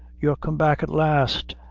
you're come back at last,